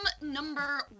number